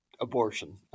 Abortion